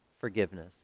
forgiveness